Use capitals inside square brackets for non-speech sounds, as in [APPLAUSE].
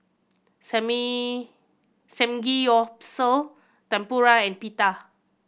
[UNINTELLIGIBLE] Samgeyopsal Tempura and Pita